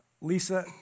Lisa